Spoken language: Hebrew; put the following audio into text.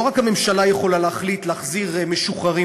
לא רק הממשלה יכולה להחליט להחזיר משוחררים